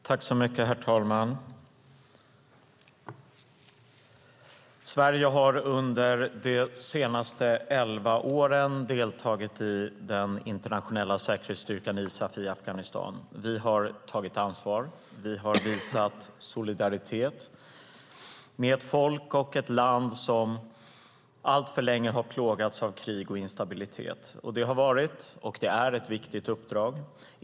Herr talman! Sverige har under de senaste elva åren deltagit i den internationella säkerhetsstyrkan ISAF i Afghanistan. Vi har tagit ansvar. Vi har visat solidaritet med ett folk och ett land som alltför länge har plågats av krig och instabilitet. Det har varit och är ett viktigt uppdrag.